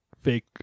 fake